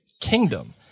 kingdom